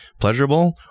pleasurable